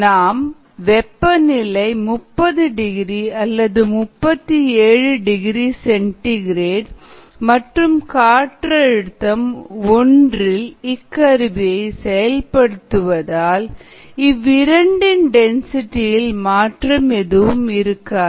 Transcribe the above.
நாம் வெப்பநிலை 30 டிகிரி அல்லது 37 டிகிரி சென்டிகிரேட் மற்றும் காற்றழுத்தம் ஒன்றில் இக்கருவியை செயல்படுத்துவதால் இவ்விரண்டின் டென்சிட்டி இல் மாற்றம் எதுவும் இருக்காது